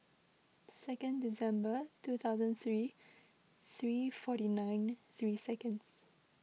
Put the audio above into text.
second December two thousand three three forty nine three seconds